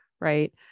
right